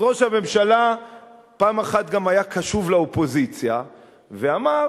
אז ראש הממשלה פעם אחת גם היה קשוב לאופוזיציה ואמר: